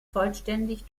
vollständig